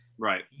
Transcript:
Right